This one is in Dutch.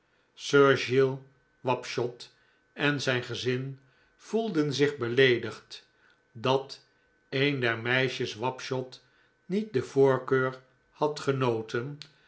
sir giles wapshot en zijn gezin voelden zich beleedigd dat een der meisjes wapshot niet de voorkeur had genoten